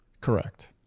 Correct